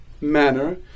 manner